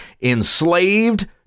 enslaved